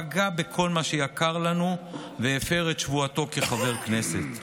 פגע בכל מה שיקר לנו והפר את שבועתו כחבר כנסת.